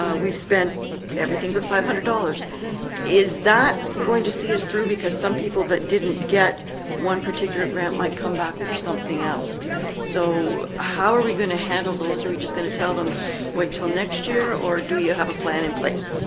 um we've spent everything but five hundred dollars is that going to see us through because some people that didn't get one particular grant might come back for something else so, how are we gonna handle? those are we just gonna tell them wait till next year or do you have a plan in place?